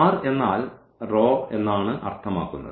R എന്നാൽ row എന്നാണ് അർത്ഥമാക്കുന്നത്